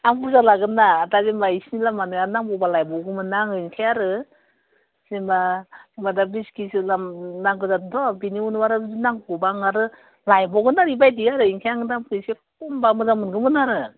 आं बुरजा लागोनना दा जेनेबा बिसोरनो आरो नांबावगौबालाय बबाव मोननो आरो ओंखाय आरो जेनबा दा बिस खेजि गाहाम नांगौ जादोंथ' बेनि उनाव आरो नांगौबा आं आरो लायबावगोन आरो बेबायदि आरो ओंखायनो आं दामखौ इसे खमबा मोजां मोनगौमोन आरो